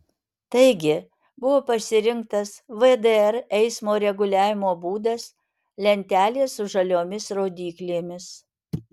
taigi buvo pasirinktas vdr eismo reguliavimo būdas lentelės su žaliomis rodyklėmis